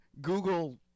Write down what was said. Google